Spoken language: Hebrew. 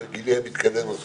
לגבי מקרקעין הכלולים,